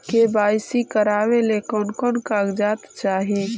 KYC करावे ले कोन कोन कागजात चाही?